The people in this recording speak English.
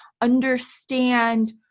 understand